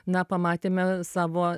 na pamatėme savo